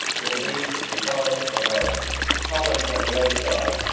it'll be because of our colleagues on the other side